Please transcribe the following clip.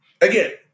again